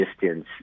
distance